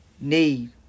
need